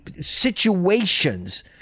situations